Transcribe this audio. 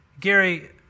Gary